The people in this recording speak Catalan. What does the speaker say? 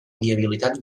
viabilitat